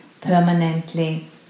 permanently